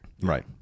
Right